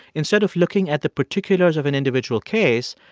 instead of looking at the particulars of an individual case,